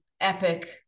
epic